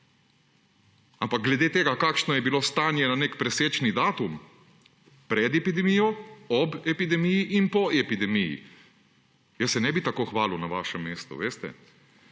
Ampak glede tega, kakšno je bilo stanje na nek presečni datum pred epidemijo, ob epidemiji in po epidemiji. Jaz se ne bi tako hvalil na vašem mestu, veste.